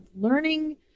learning